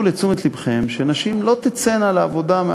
לתשומת לבכם שנשים לא תצאנה לעבודה מהכפר,